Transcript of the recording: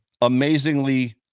amazingly